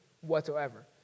whatsoever